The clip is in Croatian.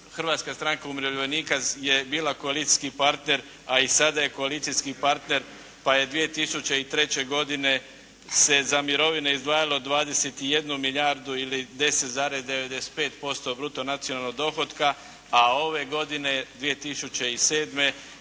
Hrvatska stranka umirovljenika je bila koalicijski partner, a i sada je koalicijski partner, pa je 2003. godine se za mirovine izdvajalo 21 milijardu ili 10,95% bruto nacionalnog dohotka, a ove godine 2007. 26